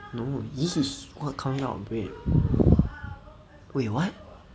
no yeast is what comes out of bread wait what